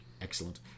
Excellent